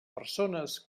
persones